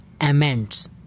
amends